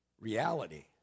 reality